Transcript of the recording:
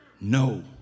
No